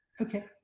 Okay